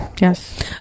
Yes